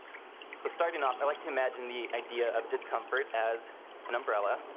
so starting off, i like to imagine the idea of discomfort as an umbrella.